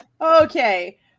Okay